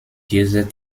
dieser